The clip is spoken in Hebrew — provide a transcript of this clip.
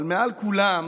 אבל מעל כולם